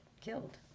killed